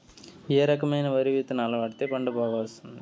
ఏ రకమైన వరి విత్తనాలు వాడితే పంట బాగా వస్తుంది?